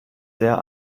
sehr